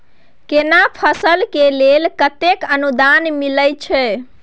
केना फसल के लेल केतेक अनुदान मिलै छै?